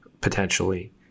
potentially